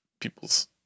people's